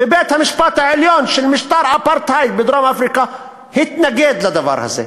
ובית-המשפט העליון של משטר האפרטהייד בדרום-אפריקה התנגד לדבר הזה.